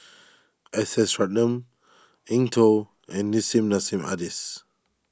S S Ratnam Eng Tow and Nissim Nassim Adis